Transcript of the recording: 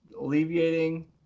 alleviating